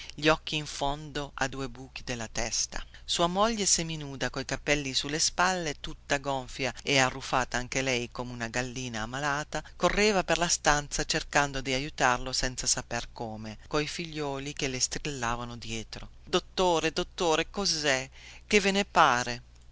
gli occhi in fondo a due buchi della testa sua moglie seminuda coi capelli sulle spalle tutta gonfia e arruffata anche lei come una gallina ammalata correva per la stanza cercando di aiutarlo senza saper come coi figliuoli che le strillavano dietro dottore dottore che cè che ve ne pare